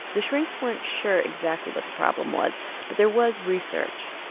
the shrinks weren't sure exactly what the problem was but there was research,